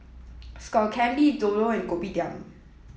Skull Candy Dodo and Kopitiam